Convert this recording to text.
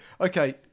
okay